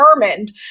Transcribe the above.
determined